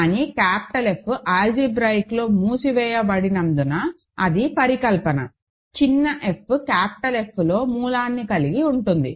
కానీ capital F algebraic లో మూసివేయబడినందున అది పరికల్పన చిన్న f క్యాపిటల్ Fలో మూలాన్ని కలిగి ఉంటుంది